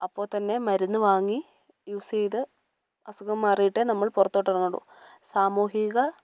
അപ്പോൾ തന്നെ മരുന്ന് വാങ്ങി യൂസ് ചെയ്ത് അസുഖം മാറിയിട്ടേ നമ്മൾ പുറത്തോട്ട് ഇറങ്ങുള്ളൂ സാമൂഹിക